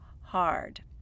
hard